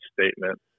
statement